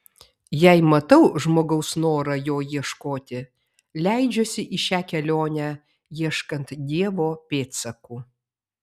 jei matau žmogaus norą jo ieškoti leidžiuosi į šią kelionę ieškant dievo pėdsakų